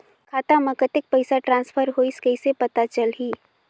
खाता म कतेक पइसा ट्रांसफर होईस कइसे पता चलही?